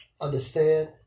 understand